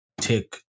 Tick